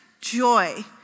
joy